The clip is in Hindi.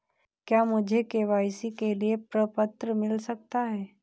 क्या मुझे के.वाई.सी के लिए प्रपत्र मिल सकता है?